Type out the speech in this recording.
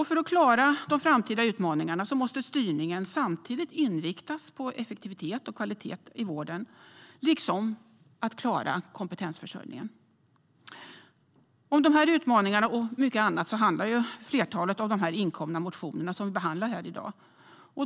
För att klara de framtida utmaningarna måste styrningen samtidigt inriktas på effektivitet och kvalitet i vården liksom på att klara kompetensförsörjningen. Om dessa utmaningar och mycket annat handlar flertalet av de inkomna motioner vi behandlar här i dag.